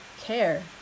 care